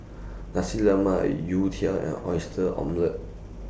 Nasi Lemak Youtiao and Oyster Omelette